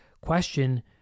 question